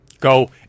go